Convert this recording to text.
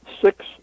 six